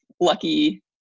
lucky